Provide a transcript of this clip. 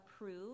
approve